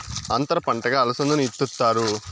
అంతర పంటగా అలసందను ఇత్తుతారు